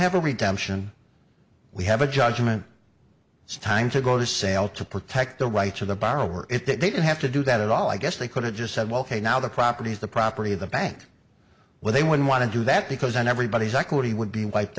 have a retention we have a judgment it's time to go to sale to protect the rights of the borrower if they didn't have to do that at all i guess they could have just said well ok now the properties the property of the bank where they would want to do that because and everybody's equity would be wiped